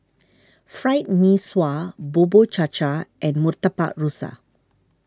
Fried Mee Sua Bubur Cha Cha and Murtabak Rusa